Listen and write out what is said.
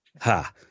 Ha